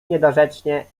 niedorzecznie